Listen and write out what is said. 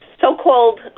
so-called